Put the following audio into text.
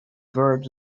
verbs